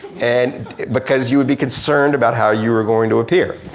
and because you would be concerned about how you are going to appear.